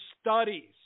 studies